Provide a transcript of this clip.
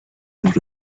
nos